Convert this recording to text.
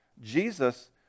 Jesus